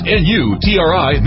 n-u-t-r-i